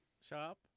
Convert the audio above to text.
shop